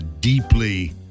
deeply